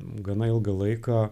gana ilgą laiką